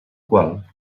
qual